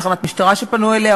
תחנת משטרה שהם פנו אליה,